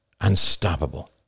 Unstoppable